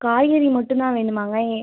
காய்கறி மட்டும் தான் வேணுமாங்க ஏ